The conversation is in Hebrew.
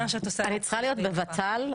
אני צריכה להיות בוות"ל,